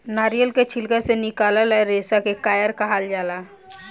नारियल के छिलका से निकलाल रेसा के कायर कहाल जाला